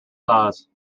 size